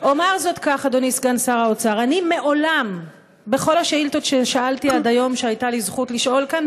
מאדם שמבין בביטחון אני לא מתבייש לשאול את חבר הכנסת